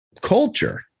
culture